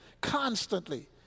Constantly